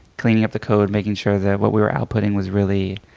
cleaning up the code, making sure that what we were outputting was really